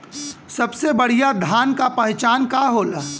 सबसे बढ़ियां धान का पहचान का होला?